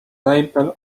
label